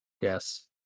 Yes